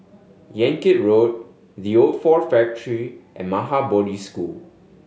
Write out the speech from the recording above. Yan Kit Road The Old Ford Factory and Maha Bodhi School